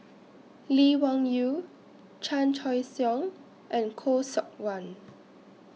Lee Wung Yew Chan Choy Siong and Khoo Seok Wan